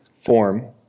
form